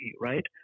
right